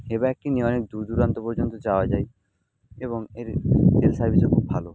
এ বাইকটি নিয়ে অনেক দূর দুরান্ত পর্যন্ত যাওয়া যায় এবং এর তেল সার্ভিসও খুব ভালো